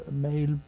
male